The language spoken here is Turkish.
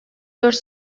dört